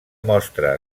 mostra